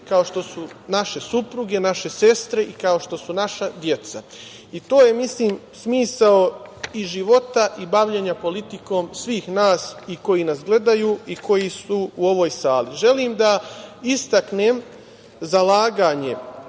kao što su naše supruge, naše sestre i kao što su naša deca. Mislim da je to smisao i života i bavljenja politikom svih nas, i koji nas gledaju i koji su u ovoj sali. Želim da istaknem zalaganje